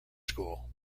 school